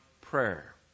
prayer